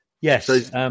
yes